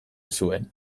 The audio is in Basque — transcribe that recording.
zuen